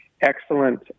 excellent